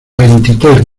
veintitrés